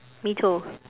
me too